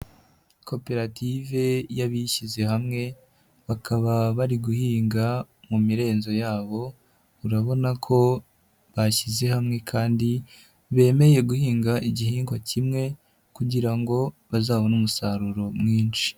Koperative y'abishyize hamwe, bakaba bari guhinga mu mirenzo yabo, urabona ko bashyize hamwe kandi bemeye guhinga igihingwa kimwe kugira ngo bazabone umusaruro mwinshi.